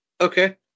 Okay